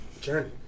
journey